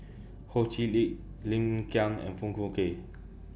Ho Chee Lick Lim Kiang and Foong Fook Kay